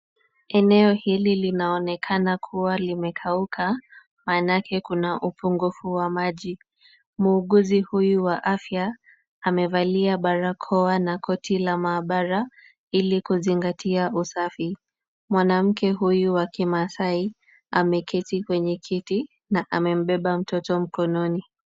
Eneo hili linaonekana kuwa limekauka, maanake kuna upungufu wa maji. Muuguzi huyu wa afya, amevalia barakoa na koti la maabara ili kuzingatia usafi. Mwanamke huyu wa kimaasai ameketi kwenye kiti na amembeba mtoto mkononi.